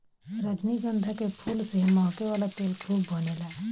रजनीगंधा के फूल से महके वाला तेल खूब बनेला